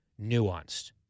nuanced